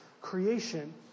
creation